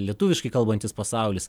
lietuviškai kalbantis pasaulis